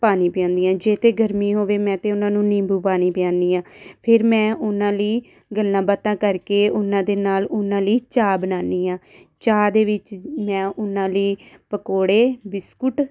ਪਾਣੀ ਪਿਆਉਂਦੀ ਹਾਂ ਜੇ ਤਾਂ ਗਰਮੀ ਹੋਵੇ ਮੈਂ ਤਾਂ ਉਹਨਾਂ ਨੂੰ ਨਿੰਬੂ ਪਾਣੀ ਪਿਆਉਂਦੀ ਹਾਂ ਫਿਰ ਮੈਂ ਉਹਨਾਂ ਲਈ ਗੱਲਾਂ ਬਾਤਾਂ ਕਰਕੇ ਉਨ੍ਹਾਂ ਦੇ ਨਾਲ਼ ਉਹਨਾਂ ਲਈ ਚਾਹ ਬਣਾਉਂਦੀ ਹਾਂ ਚਾਹ ਦੇ ਵਿੱਚ ਮੈਂ ਉਹਨਾਂ ਲਈ ਪਕੌੜੇ ਬਿਸਕੁਟ